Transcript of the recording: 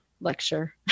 lecture